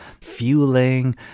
fueling